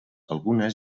algunes